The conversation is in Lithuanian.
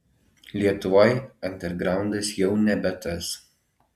lietuvoj andergraundas jau nebe tas